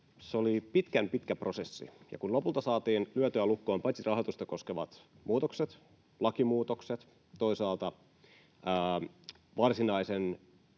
se oli pitkän pitkä prosessi, ja kun lopulta saatiin lyötyä lukkoon paitsi rahoitusta koskevat muutokset, lakimuutokset, myös toisaalta varsinaisen